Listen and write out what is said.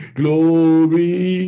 glory